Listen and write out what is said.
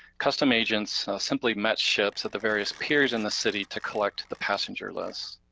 custom agents simply met ships at the various piers in the city to collect the passenger lists.